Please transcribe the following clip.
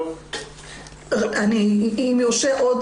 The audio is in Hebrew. אנחנו יוצאים